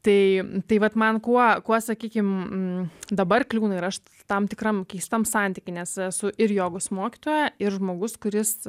tai tai vat man kuo kuo sakykim dabar kliūna ir aš tam tikram keistam santyky nes esu ir jogos mokytoja ir žmogus kuris